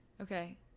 okay